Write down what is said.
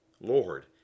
Lord